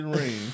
ring